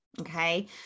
okay